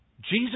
Jesus